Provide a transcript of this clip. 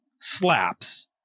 slaps